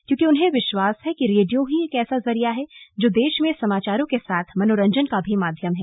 क्योंकि उन्हें विश्वास है कि रेडियो ही एक ऐसा जरिया है जो देश में समाचारों के साथ मनोरंजन का भी माध्यम है